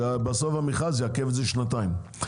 או שבסוף המכרז יעכב את זה שנתיים?